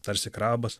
tarsi krabas